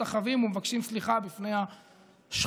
משתחווים ומבקשים סליחה בפני השחורים.